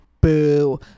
boo